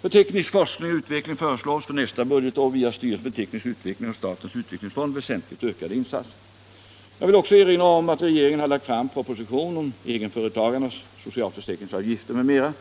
För teknisk forskning och utveckling föreslås för nästa budgetår via styrelsen för teknisk utveckling och statens utvecklingsfond väsentligt ökade insatser. Jag vill också erinra om att regeringen har lagt fram proposition om egenföretagarnas socialförsäkringsavgifter m.m.